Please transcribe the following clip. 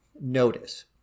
notice